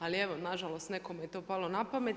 Ali evo, nažalost, nekom je to palo napamet.